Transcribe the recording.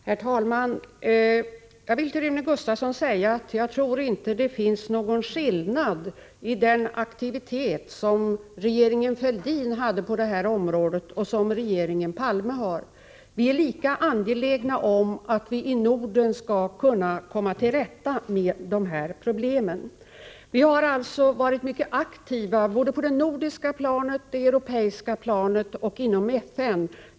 Herr talman! Jag vill till Rune Gustavsson säga att jag inte tror att det finns Å : Om bekämpningen någon skillnad i den aktivitet som regeringen Fälldin visade på detta område ;: Hd ; MaE jä av narkotikamiss S S m s och den som regeringen Palme visar. Vi är lika angelägna om att man i p.uketiNorden Norden skall kunna komma till rätta med dessa problem. Vi har varit mycket aktiva både på det nordiska planet, på det europeiska planet och inom FN.